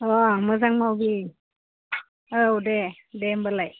अ मोजां मावदे औ दे दे होमब्लालाय